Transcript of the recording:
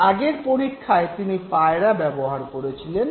আগের পরীক্ষায় তিনি পায়রা ব্যবহার করেছিলেন